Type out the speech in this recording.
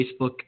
Facebook